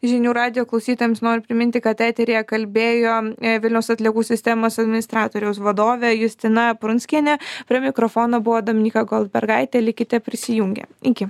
žinių radijo klausytojams noriu priminti kad eteryje kalbėjo vilniaus atliekų sistemos administratoriaus vadovė justina prunskienė prie mikrofono buvo dominyka goldbergaitė likite prisijungę iki